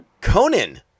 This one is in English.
Conan